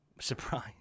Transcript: Surprise